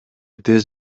тез